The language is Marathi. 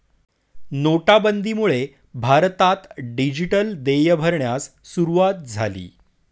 नोटाबंदीमुळे भारतात डिजिटल देय भरण्यास सुरूवात झाली